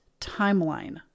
timeline